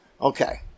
Okay